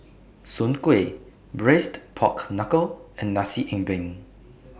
Soon Kway Braised Pork Knuckle and Nasi Ambeng